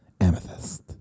amethyst